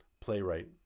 playwright